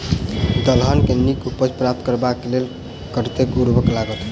दलहन केँ नीक उपज प्राप्त करबाक लेल कतेक उर्वरक लागत?